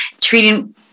treating